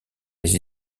les